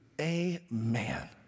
Amen